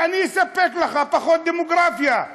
ואני אספק לך פחות דמוגרפיה.